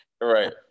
Right